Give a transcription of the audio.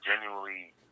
genuinely